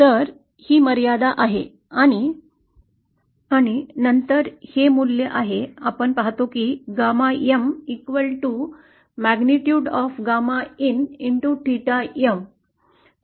तर ही मर्यादा आहे आणि नंतर हे मूल्य आहे जे आपण पाहतो की γ M magnitude of A एवढी आहे